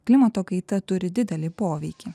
klimato kaita turi didelį poveikį